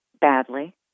Badly